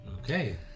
Okay